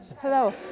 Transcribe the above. Hello